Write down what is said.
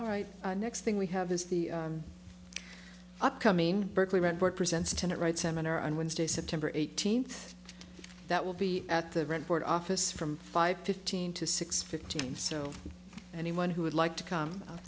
right next thing we have is the upcoming berkely rent board presents a tent right seminar on wednesday september eighteenth that will be at the rent board office from five fifteen to six fifteen so anyone who would like to come out